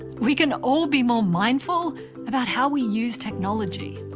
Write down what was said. we can all be more mindful about how we use technology.